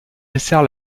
dessert